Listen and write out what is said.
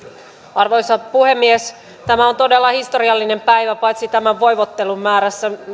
arvoisa puhemies tämä on todella historiallinen päivä paitsi tämän voivottelun määrässä